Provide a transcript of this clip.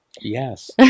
Yes